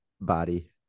body